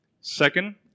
Second